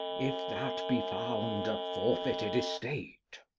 if that be found a forfeited estate.